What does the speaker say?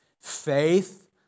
faith